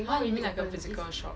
!huh! you mean like a physical shop